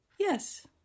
Yes